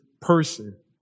person